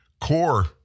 Core